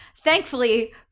Thankfully